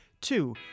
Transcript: Two